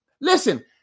Listen